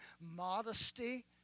modesty